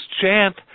chant